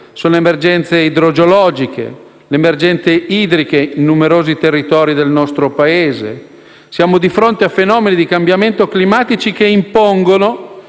straordinarie: idrogeologiche e idriche in numerosi territori del nostro Paese. Siamo di fronte a fenomeni di cambiamento climatico che impongono